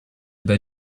bei